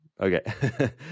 Okay